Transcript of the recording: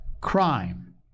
crime